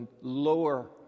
lower